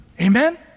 Amen